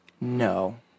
No